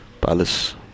palace